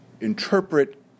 interpret